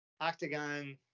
Octagon